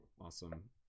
awesome